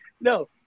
No